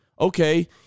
Okay